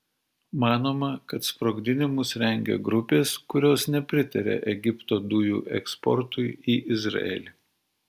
manoma kad sprogdinimus rengia grupės kurios nepritaria egipto dujų eksportui į izraelį